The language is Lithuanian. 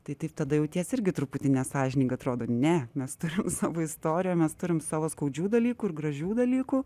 tai taip tada jauties irgi truputį nesąžininga atrodo ne mes turim savo istoriją mes turim savo skaudžių dalykų ir gražių dalykų